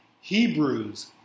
Hebrews